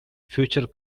future